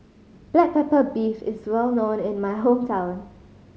black pepper beef is well known in my hometown